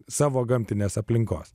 savo gamtinės aplinkos